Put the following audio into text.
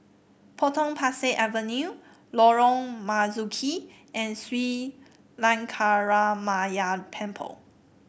Potong Pasir Avenue Lorong Marzuki and Sri Lankaramaya Temple